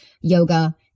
yoga